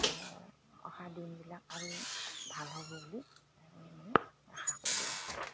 অহা দিনবিলাক আৰু ভাল হ'ব বুলি তাকে আমি আশা কৰোঁ আৰু